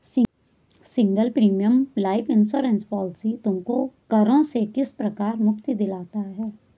Single premium life insurance policy तुमको करों से किस प्रकार मुक्ति दिलाता है?